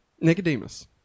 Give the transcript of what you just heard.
Nicodemus